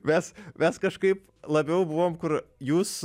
mes mes kažkaip labiau buvom kur jūs